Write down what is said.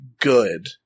good